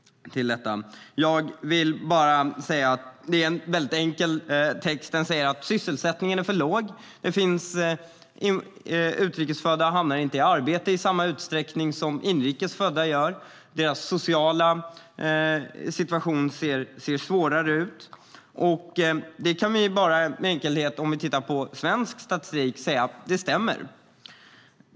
Jag vill bara säga att det är en enkel text. Den säger att sysselsättningen är för låg. Utrikesfödda hamnar inte i arbete i samma utsträckning som inrikesfödda gör. Deras sociala situation ser svårare ut. Om vi tittar på svensk statistik kan vi med enkelhet säga att detta stämmer.